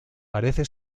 parece